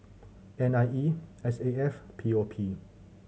N I E S A F P O P